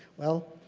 well,